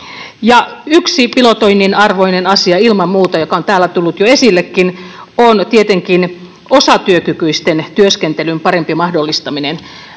yksi pilotoinnin arvoinen asia ilman muuta, joka on täällä tullut jo esillekin, on tietenkin osatyökykyisten työskentelyn parempi mahdollistaminen.